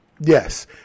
Yes